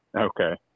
Okay